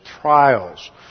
trials